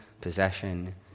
possession